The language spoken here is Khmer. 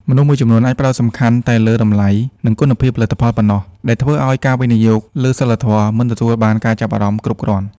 មនុស្សមួយចំនួនអាចផ្ដោតសំខាន់តែលើ តម្លៃ និងគុណភាពផលិតផលប៉ុណ្ណោះ ដែលធ្វើឱ្យការវិនិយោគលើសីលធម៌មិនទទួលបានការចាប់អារម្មណ៍គ្រប់គ្រាន់។